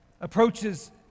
approaches